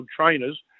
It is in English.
trainers